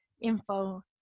info